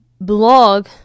blog